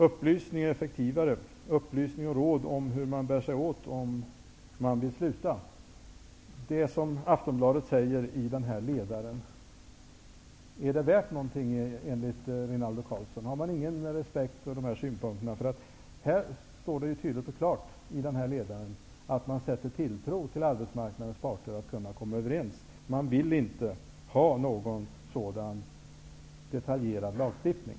Upplysning är effektivare, upplysning och råd om hur man bär sig åt om man vill sluta röka. Är det som Aftonbladet skriver i den här ledaren värt någonting enligt Rinaldo Karlsson? Har Rinaldo Karlsson ingen respekt för de här synpunkterna? I den här ledaren står det tydligt och klart att man sätter tilltro till att arbetsmarknadens parter kan komma överens, och man vill inte ha någon detaljerad lagstiftning.